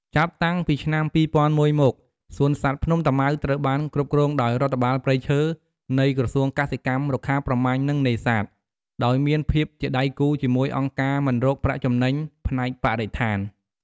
ចាប់តាំងពីឆ្នាំ ២០០១ មក សួនសត្វភ្នំតាម៉ៅត្រូវបានគ្រប់គ្រងដោយ រដ្ឋបាលព្រៃឈើ នៃក្រសួងកសិកម្ម រុក្ខាប្រមាញ់ និងនេសាទ ដោយមានភាពជាដៃគូជាមួយអង្គការមិនរកប្រាក់ចំណេញផ្នែកបរិស្ថាន។